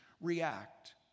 react